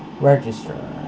Register